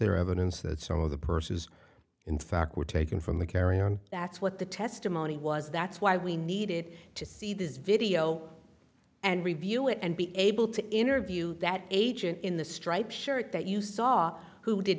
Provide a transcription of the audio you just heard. that some of the purses in fact were taken from the carrier and that's what the testimony was that's why we needed to see this video and review it and be able to interview that agent in the striped shirt that you saw who did